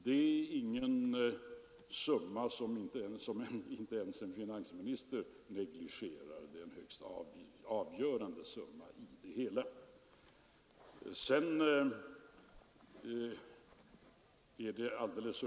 Det är ingen summa som ens en finansminister negligerar - det är en högst avgörande summa i det hela.